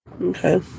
Okay